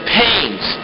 pains